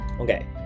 Okay